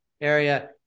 Area